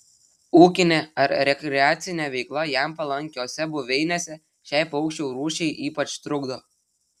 ūkinė ar rekreacinė veikla jam palankiose buveinėse šiai paukščių rūšiai ypač trukdo